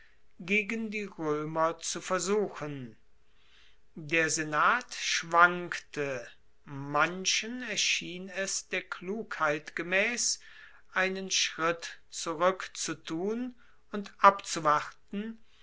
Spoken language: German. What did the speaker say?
gegen die roemer zu versuchen der senat schwankte manchen erschien es der klugheit gemaess einen schritt zurueck zu tun und abzuwarten